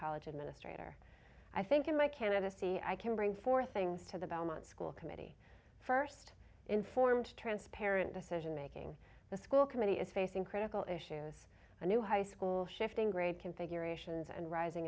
college administrator i think in my candidacy i can bring four things to the belmont school committee first informed transparent decision making the school committee is facing critical issues a new high school shifting grade configurations and rising